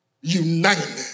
united